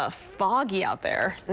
ah foggy out there.